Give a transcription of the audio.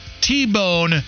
T-bone